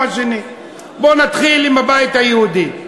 בוא נתחיל עם הבית היהודי.